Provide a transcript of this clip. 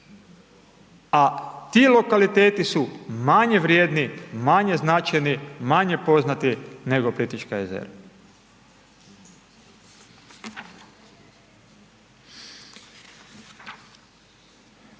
A ti lokaliteti su manje vrijedni, manje poznati nego Plitvička jezera.